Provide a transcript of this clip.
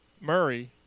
Murray